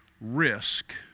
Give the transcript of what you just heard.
risk